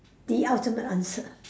the ultimate answer